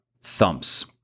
thumps